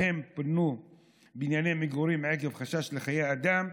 שבהם פונו בנייני מגורים עקב חשש לחיי אדם,